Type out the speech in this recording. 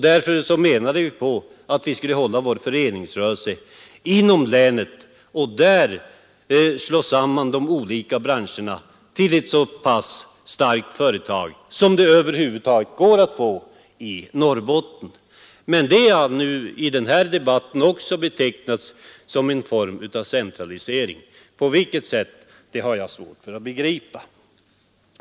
Därför ansåg vi att vi skulle hålla vår föreningsrörelse inom länet och där slå samman de olika branscherna till ett så pass starkt företag som det över huvud taget går att få i Norrbotten. Det har i denna debatt betecknats som en form av centralisering. På vilket sätt har jag svårt att begripa.